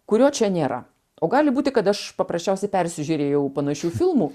kurio čia nėra o gali būti kad aš paprasčiausiai persižiūrėjau panašių filmų